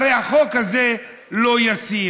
הרי החוק הזה לא ישים.